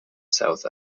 south